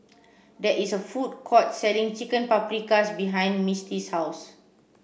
there is a food court selling Chicken Paprikas behind Misti's house